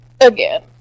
Again